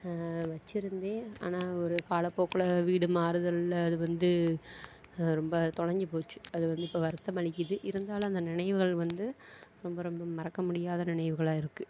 வச்சுருந்தேன் ஆனால் ஒரு காலப்போக்கில் வீடு மாறுதலில் அது வந்து ரொம்ப தொலைஞ்சு போச்சு அது வந்து இப்போ வருத்தம் அளிக்குது இருந்தாலும் அந்த நினைவுகள் வந்து ரொம்ப ரொம்ப மறக்க முடியாத நினைவுகளாக இருக்கு